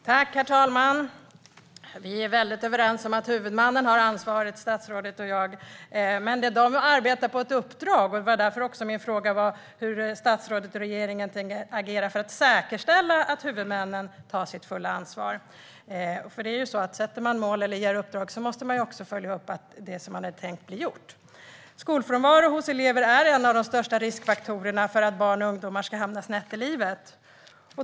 Herr talman! Statsrådet och jag är överens om att huvudmannen har ansvaret. Men det finns ett uppdrag, och därför undrade jag hur statsrådet och regeringen tänker agera för att säkerställa att huvudmännen tar sitt fulla ansvar. När man sätter mål eller ger uppdrag måste man följa upp att det som man hade tänkt blir gjort. Skolfrånvaro hos elever är en av de största riskfaktorerna för att barn och ungdomar kommer att hamna snett i livet.